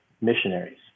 missionaries